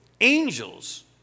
angels